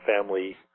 family